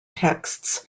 texts